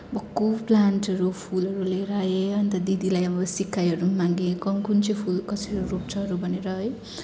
भक्कु प्लान्टहरू फुलहरू लिएर आएँ अन्त दिदीलाई अब सिकाइहरू पनि मागेँ कहाँ कुन चाहिँ फुल कसरी रोप्छनहरू भनेर है